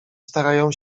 starają